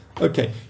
Okay